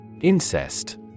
Incest